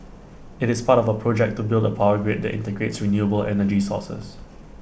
IT is part of A project to build A power grid that integrates renewable energy sources